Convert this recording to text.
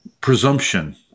presumption